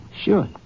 Sure